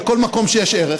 בכל מקום שיש ערך.